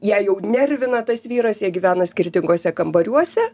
ją jau nervina tas vyras jie gyvena skirtinguose kambariuose